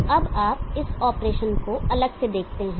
तो अब आप इस ऑपरेशन को अलग से देखते हैं